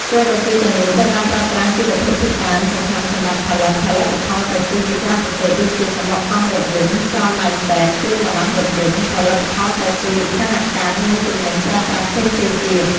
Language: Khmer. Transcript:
ជ័រកៅស៊ូទាំងនេះត្រូវបានប្រើប្រាស់ជាវត្ថុធាតុដើមសំខាន់សម្រាប់ផលិតផលិតផលកៅស៊ូជាច្រើនប្រភេទដូចជា សំបកកង់រថយន្ត ស្រោមដៃពេទ្យ គ្រឿងបន្លាស់រថយន្ត ផលិតផលកៅស៊ូឧស្សាហកម្ម និងទំនិញប្រើប្រាស់ផ្សេងៗទៀត។